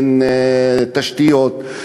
אין תשתיות,